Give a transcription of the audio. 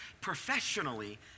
professionally